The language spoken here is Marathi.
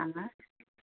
हां हां